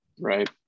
right